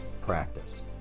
practice